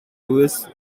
louis